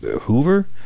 Hoover